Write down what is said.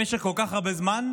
במשך כל כך הרבה זמן,